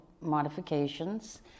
modifications